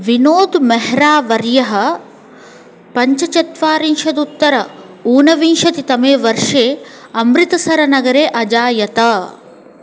विनोद् मेह्रा वर्यः पञ्चचत्वारिंशदुत्तर ऊनविंशतितमे वर्षे अमृतसरनगरे अजायत